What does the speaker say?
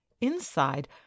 Inside